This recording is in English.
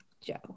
Joe